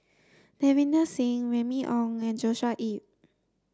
Davinder Singh Remy Ong and Joshua Ip